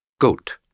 Goat